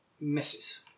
misses